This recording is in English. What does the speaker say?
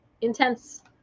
intense